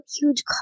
huge